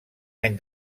any